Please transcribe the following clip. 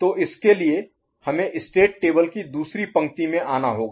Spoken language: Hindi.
तो इसके लिए हमें स्टेट टेबल की दूसरी पंक्ति में आना होगा